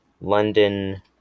London